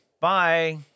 Bye